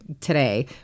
today